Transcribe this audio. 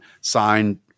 signed